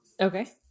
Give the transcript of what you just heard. Okay